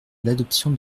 l’adoption